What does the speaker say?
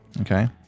Okay